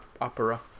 opera